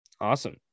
Awesome